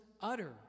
utter